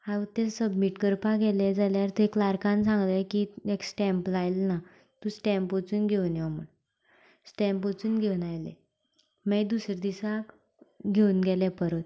हांव ते सबर्मिट करपाक गेले जाल्यार थंय क्लार्कान सांगले की एक स्टेंप लायलो ना तूं स्टेंप वचून घेवन यो म्हण स्टेंप वचून घेवन आयलें मागीर दुसरें दिसाक घेवन गेले परत